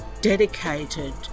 dedicated